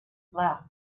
laughed